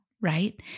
right